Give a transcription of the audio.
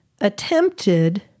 attempted